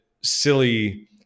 silly